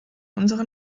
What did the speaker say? unserer